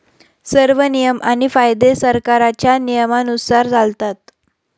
सर्व नियम आणि कायदे सरकारच्या नियमानुसार चालतात